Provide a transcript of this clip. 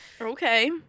Okay